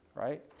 right